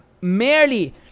merely